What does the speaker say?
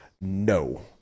No